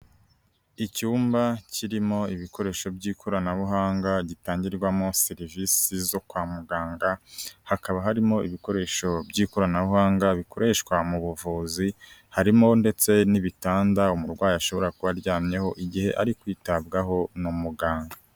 Icyumba kirimo ibikoresho by'ikoranabuhanga gitangirwamo serivisi zo kwa muganga hakaba harimo ibikoresho by'ikoranabuhanga bikoreshwa mu buvuzi, harimo ndetse n'ibitanda umurwayi ashobora kuba aryamyeho igihe ari kwitabwaho n'umuganga.